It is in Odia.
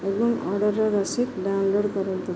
ଏବଂ ଅର୍ଡ଼ରର ରସିଦ ଡାଉନଲୋଡ଼୍ କରନ୍ତୁ